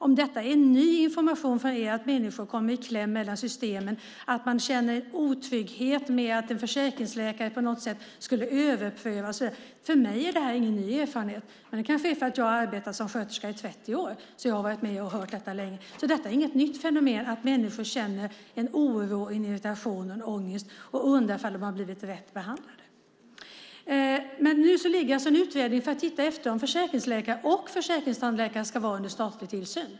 Om det är ny information för er att människor kommer i kläm mellan systemen och känner otrygghet över att en försäkringsläkare ska överpröva är det för mig ingen ny erfarenhet. Det kanske är för att jag har arbetat som sköterska i 30 år. Jag har varit med och hört det länge. Det är inget nytt fenomen att människor känner oro, irritation och ångest och undrar ifall de har blivit rätt behandlade. Nu finns en utredning som ska titta efter om försäkringsläkare och försäkringstandläkare ska vara under statlig tillsyn.